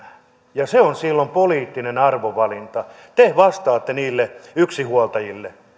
ja se on silloin poliittinen arvovalinta te vastaatte niille yksinhuoltajille